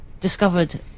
discovered